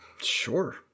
Sure